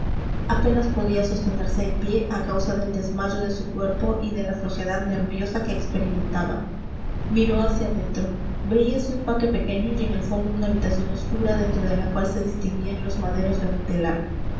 apenas podía sostenerse en pie a causa del desmayo de su cuerpo y de la flojedad nerviosa que experimentaba miró hacia dentro veíase un patio pequeño y en el fondo una habitación oscura dentro de la cual se distinguían los maderos de un telar